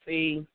See